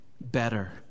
better